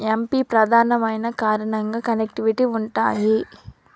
ఎమ్ P ప్రధానమైన కారణంగా connectivity ఉంటాయి